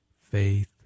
faith